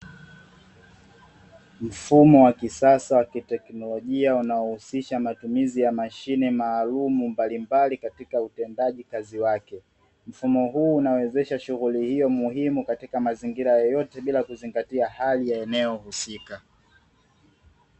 Mfumo wa kisasa wa kiteknolojia unaohusisha matumizi ya mashine maalumu mbalimbali katika utendaji kazi wake. Mfumo huu unawezesha shughuli hiyo muhimu katika mazingira yoyote bila kuzingatia hali ya eneo husika.